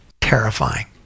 Terrifying